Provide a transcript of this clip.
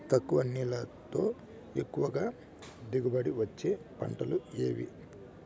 తక్కువ నీళ్లతో ఎక్కువగా దిగుబడి ఇచ్చే పంటలు ఏవి?